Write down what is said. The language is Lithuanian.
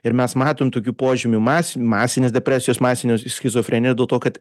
ir mes matom tokių požymių masin masinės depresijos masinės skizofrenijos dėl to kad